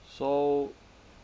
so